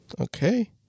Okay